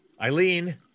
Eileen